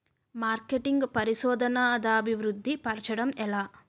marketing పరిశోధనదా అభివృద్ధి పరచడం ఎలా